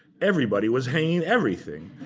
everybody was saying everything.